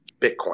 Bitcoin